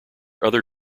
other